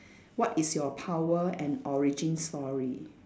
what is your power and origin story